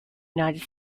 united